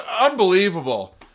unbelievable